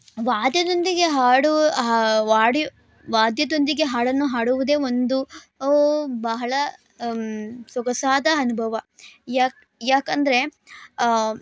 ವಾದ್ಯದೊಂದಿಗೆ ಹಾಡು ಹಾ ವಾಡಿ ವಾದ್ಯದೊಂದಿಗೆ ಹಾಡನ್ನು ಹಾಡುವುದೇ ಒಂದು ಬಹಳ ಸೊಗಸಾದ ಅನುಭವ ಯಾಕೆಂದ್ರೆ